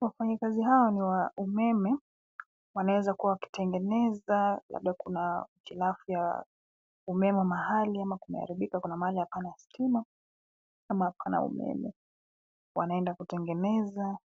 Wafanyikazi hawa ni wa umeme, wanaweza kuwa wakitengeneza labda kuna, hitilafu ya, umeme mahali ama kumeharibika mahali hapana stima, ama hapana umeme, wanaenda kutengeneza,